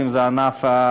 ואם זה ענף התעשייה,